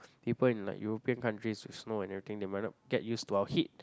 people in like European countries with snow and everything may not get used to our heat